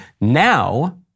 Now